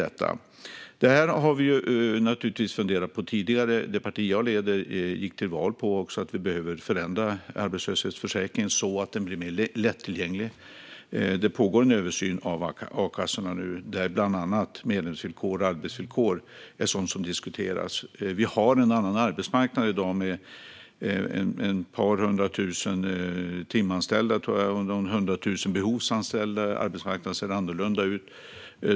Vi har naturligtvis funderat på det här tidigare. Det parti som jag leder gick till val på att arbetslöshetsförsäkringen skulle förändras så att den blir mer lättillgänglig. En översyn av a-kassorna pågår. Bland annat diskuteras medlemsvillkor och arbetsvillkor. Vi har i dag en annan arbetsmarknad med ett par hundra tusen timanställda samt hundra tusen behovsanställda. Arbetsmarknaden ser annorlunda ut.